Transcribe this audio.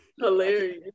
Hilarious